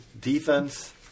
defense